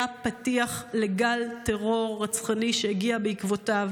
היה הפתיח לגל טרור רצחני שהגיע בעקבותיו